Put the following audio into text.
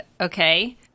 Okay